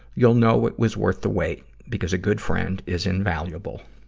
you'll know it was worth the wait because a good friend is invaluable.